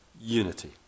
unity